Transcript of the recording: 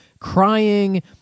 crying